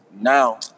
now